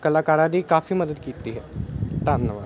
ਕਲਾਕਾਰਾਂ ਦੀ ਕਾਫੀ ਮਦਦ ਕੀਤੀ ਹੈ ਧੰਨਵਾਦ